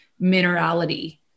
minerality